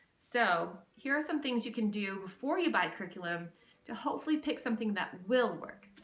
so here are some things you can do before you buy curriculum to hopefully pick something that will work.